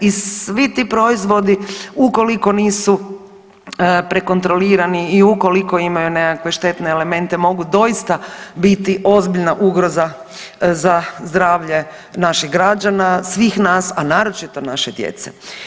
I svi ti proizvodi ukoliko nisu prekontrolirani i ukoliko imaju nekakve štetne element mogu doista biti ozbiljna ugroza za zdravlje naših građana, svih nas a naročito naše djece.